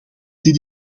dit